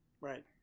right